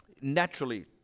naturally